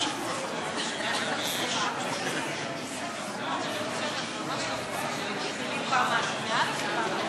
ההצעה עברה, והיא עוברת לטיפול בוועדת העבודה,